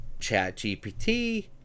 ChatGPT